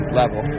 level